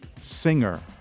singer